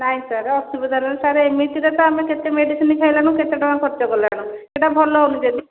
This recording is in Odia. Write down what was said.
ନାଇଁ ସାର୍ ଅସୁବିଧା ସାର୍ ଏମିତିରେ ତ ଆମେ କେତେ ମେଡ଼ିସିନ୍ ଖାଇଲୁଣି କେତେ ଟଙ୍କା ଖର୍ଚ୍ଚ କଲୁଣି ସେଇଟା ଭଲ ହେଉନି